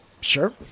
Sure